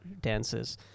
Dances